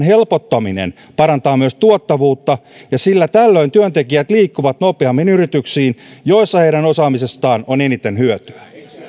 helpottaminen parantaa myös tuottavuutta sillä tällöin työntekijät liikkuvat nopeammin yrityksiin joissa heidän osaamisestaan on eniten hyötyä